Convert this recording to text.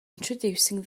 introducing